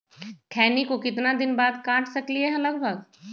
खैनी को कितना दिन बाद काट सकलिये है लगभग?